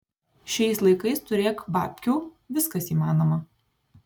šiais laikais turėk babkių viskas įmanoma